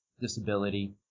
disability